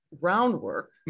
groundwork